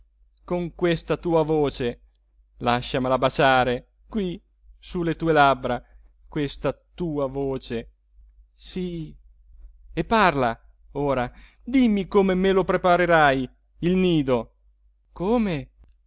con questa tua voce lasciamela baciare qui su le tue labbra questa tua voce sì e parla ora dimmi come me lo prepari il nido come